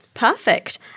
Perfect